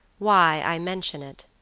why i mention it.